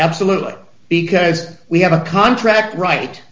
absolutely because we have a contract right